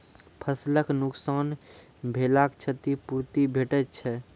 फसलक नुकसान भेलाक क्षतिपूर्ति भेटैत छै?